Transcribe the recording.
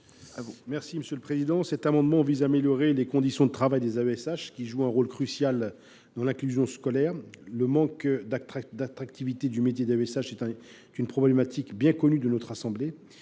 M. Ahmed Laouedj. Cet amendement vise à améliorer les conditions de travail des AESH, qui jouent un rôle crucial dans l’inclusion scolaire. Le manque d’attractivité du métier est un problème bien connu de notre assemblée.